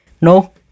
No